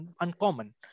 uncommon